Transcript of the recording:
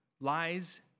lies